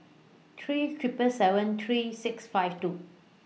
three seven seven seven three six five two